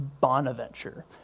Bonaventure